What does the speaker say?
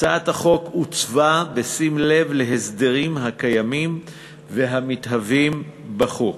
הצעת החוק עוצבה בשים לב להסדרים הקיימים והמתהווים בחו"ל.